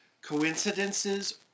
coincidences